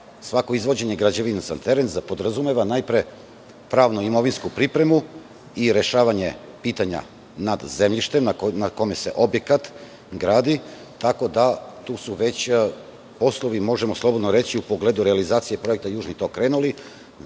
svako izvođenje građevinaca na teren podrazumeva najpre pravno-imovinsku pripremu i rešavanje pitanja nad zemljištem na kome se objekat gradi, tako da su tu već poslovi, možemo slobodno reći, u pogledu realizacije projekta Južni tok krenuli